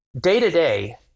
Day-to-day